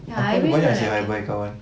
ya I really don't like